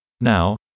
Now